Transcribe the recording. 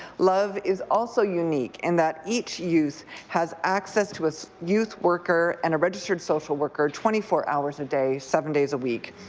love is also unique in that each youth has access to its youth worker and a registered social worker twenty four hours a day, seven days a week.